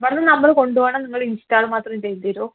വന്നു നമ്മള് കൊണ്ട് പോകണം നിങ്ങള് ഇൻസ്റ്റാള് മാത്രം ചെയ്ത് തരുവോ